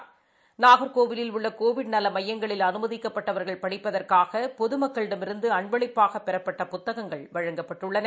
உள்ளகோவிட் நாகர்கோவிலில் நலமையங்களில் அனுமதிக்கப்பட்டவர்கள் படிப்பதற்காகபொதுமக்களிடமிருந்துஅன்பளிப்பாகபெறப்பட்ட புத்தகங்கள் வழங்கப்பட்டுள்ளன